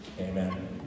Amen